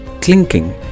clinking